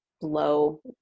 low